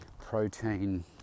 protein